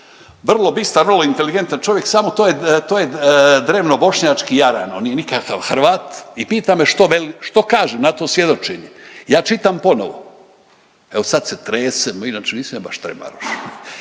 vrlo bistar, vrlo inteligentan čovjek samo to je drevno bošnjački jaran. On nije nikakav Hrvat. I pita me: „Što veli, što kažem na to svjedočenje?“. Ja čitam ponovo. Evo sada se tresem. Inače, nisam ja baš prparoš,